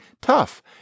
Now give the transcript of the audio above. tough